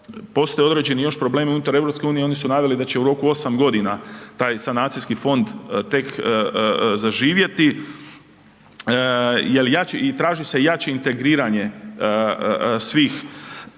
postoje određeni još problemi unutar EU-a, oni su naveli da će u roku 8 g. taj sanacijski fond tek zaživjeti i traži se jače integriranje svih